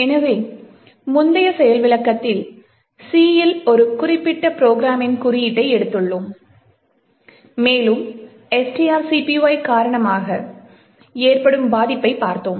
எனவே முந்தைய செயல் விளக்கத்தில் C இல் ஒரு குறிப்பிட்ட ப்ரோக்ராம்மின் குறியீட்டை எடுத்துள்ளோம் மேலும் strcpy காரணமாக ஏற்படும் பாதிப்பைப் பார்த்தோம்